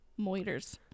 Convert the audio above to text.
Moiters